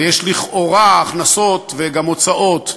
ויש לכאורה הכנסות וגם הוצאות,